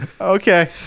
okay